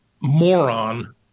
moron